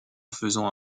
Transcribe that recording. faisant